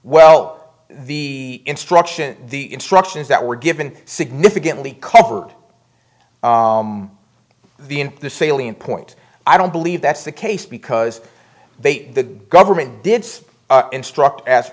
well the instruction the instructions that were given significantly covered the in the salient point i don't believe that's the case because they the government did instruct